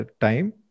time